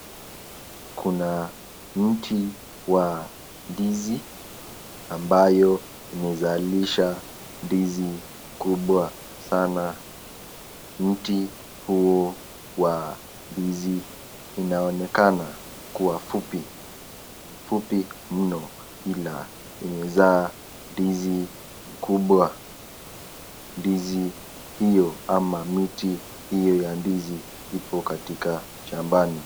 Kuna mtu Wa ndizi ambayo imezalisha ndizi kubwa sana. Mti huu Wa ndizi inaonekana kuwa fupi mno ila inaweza kuzaa ndizi mkubwa . Ndizi hiyo ama mti hiyo ya ndizi Iko katika shambani.